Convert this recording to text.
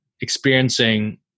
experiencing